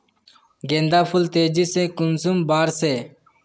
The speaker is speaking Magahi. गेंदा फुल तेजी से कुंसम बार से?